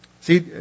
See